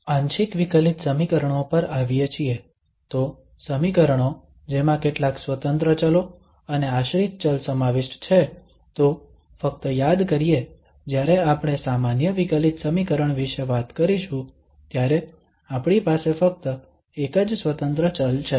તો આંશિક વિકલિત સમીકરણો પર આવીએ છીએ તો સમીકરણો જેમાં કેટલાક સ્વતંત્ર ચલો અને આશ્રિત ચલ સમાવિષ્ટ છે તો ફક્ત યાદ કરીએ જ્યારે આપણે સામાન્ય વિકલિત સમીકરણ વિશે વાત કરીશું ત્યારે આપણી પાસે ફક્ત એક જ સ્વતંત્ર ચલ છે